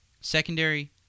Secondary